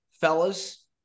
fellas